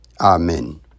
Amen